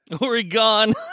Oregon